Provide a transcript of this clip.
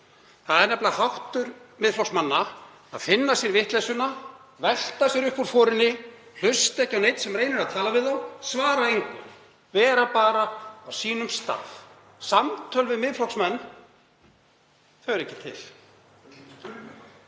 Það er nefnilega háttur Miðflokksmanna að finna sér vitleysuna, velta sér upp úr forinni, hlusta ekki á neinn sem reynir að tala við þá og svara engu, vera bara á sínum stað. Samtöl við Miðflokksmenn eru ekki til,